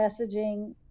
messaging